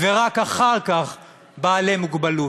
ורק אחר כך בעלי מוגבלות.